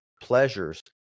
pleasures